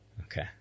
Okay